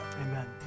Amen